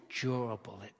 durable